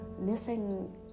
missing